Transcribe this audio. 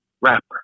Rapper